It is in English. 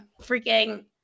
freaking